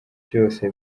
byose